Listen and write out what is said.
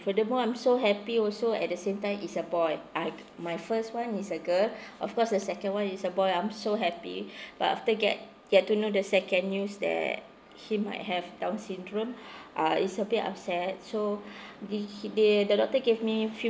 furthermore I'm so happy also at the same time is a boy I my first one is a girl of course the second one is a boy I'm so happy but after get get to know the second news that he might have down syndrome ah is a bit upset so did he they the doctor gave me few